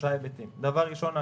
בשלושה היבטים: דבר ראשון,